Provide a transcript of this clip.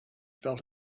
felt